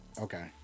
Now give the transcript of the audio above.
Okay